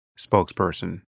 spokesperson